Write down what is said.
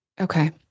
Okay